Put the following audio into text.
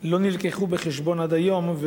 לא הובאו בחשבון עד היום,